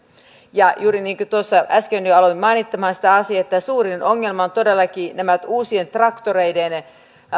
juuri niin kuin tuossa äsken jo aloin mainitsemaan sitä asiaa suurin ongelma on todellakin nämä uusien traktoreiden